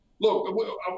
look